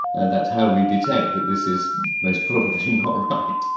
and that's how we detect that this is most probably not right.